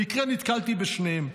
במקרה נתקלתי בשניהם.